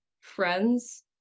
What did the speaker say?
friends